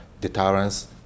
deterrence